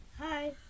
Hi